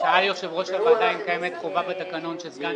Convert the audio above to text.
שאל יושב-ראש הוועדה אם קיימת חובה בתקנון שסגן